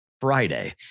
Friday